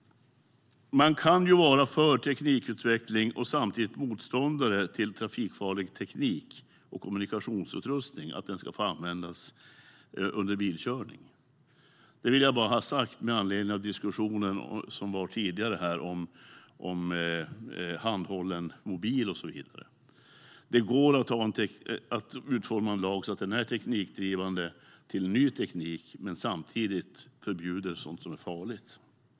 Man kan vara för teknikutveckling och samtidigt motståndare till att trafikfarlig teknik och kommunikationsutrustning ska få användas under bilkörning. Det vill jag bara ha sagt med anledning av diskussionen som var här tidigare om handhållen mobiltelefon och så vidare. Det går att utforma en lag så att den driver på ny teknik men samtidigt förbjuder sådant som är farligt.